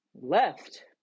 left